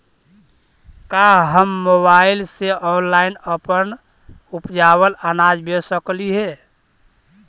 का हम मोबाईल से ऑनलाइन अपन उपजावल अनाज बेच सकली हे?